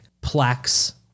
plaques